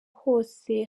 hose